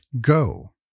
go